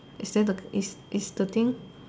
is there the is is the thing